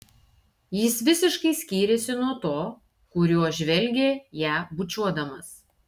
jis visiškai skyrėsi nuo to kuriuo žvelgė ją bučiuodamas